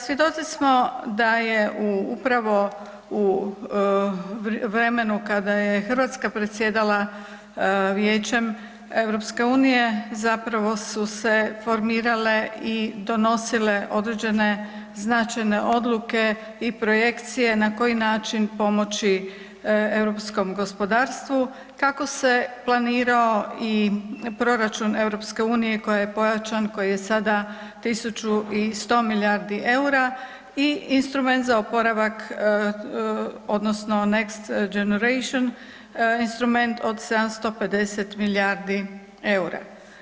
Svjedoci smo da je upravo u vremenu kada je Hrvatska predsjedala Vijećem EU su se formirale i donosile određene značajne odluke i projekcije na koji način pomoći europskom gospodarstvu kako se planirao i proračun EU koji je pojačan, koji je sada tisuću i sto milijardi eura i instrument za oporavak odnosno Next Generation instrument od 750 milijardi eura.